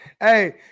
Hey